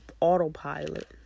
autopilot